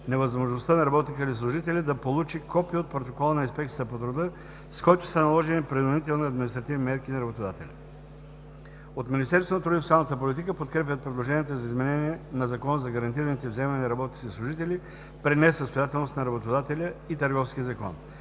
невъзможността на работника или служителя да получи копие от протокола на Инспекция по труда, с който са наложени принудителните административни мерки на работодателя. От Министерството на труда и социалната политика подкрепят предложенията за изменение на Закона за гарантираните вземания на работниците и служителите при несъстоятелност на работодателя и Търговския закон.